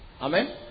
Amen